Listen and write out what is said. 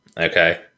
okay